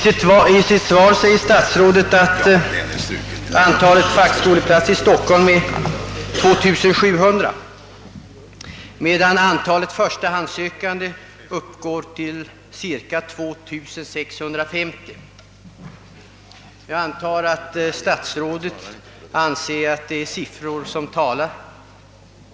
Statsrådet säger i sitt svar att antalet fackskoleplatser i Stockholm är 2 700, medan antalet förstahandssökande uppgår till cirka 2 650. Jag antar att statsrådet anser det vara siffror som talar.